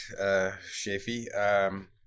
Shafi